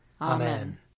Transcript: Amen